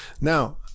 now